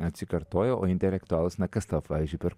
atsikartoja o intelektualūs na kas tau pavyzdžiui per